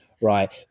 right